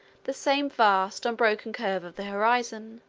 the same vast, unbroken curve of the horizon,